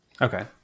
Okay